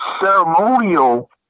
ceremonial